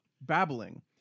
babbling